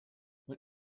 when